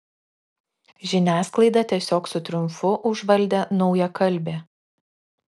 žiniasklaidą tiesiog su triumfu užvaldė naujakalbė